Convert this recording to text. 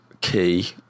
key